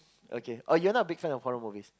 okay oh you're not a big fan of horror movies